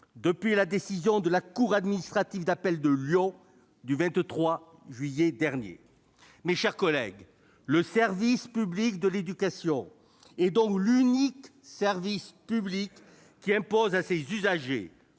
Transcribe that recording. depuis la décision de la cour administrative d'appel de Lyon du 23 juillet dernier. Mes chers collègues, le service public de l'éducation est donc l'unique service public qui impose à ses usagers-